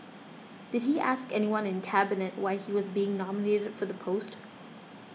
did he ask anyone in Cabinet why he was being nominated for the post